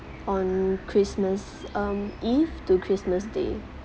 on christmas um eve to christmas day